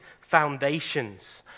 foundations